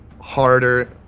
harder